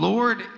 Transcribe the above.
Lord